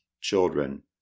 children